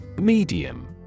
Medium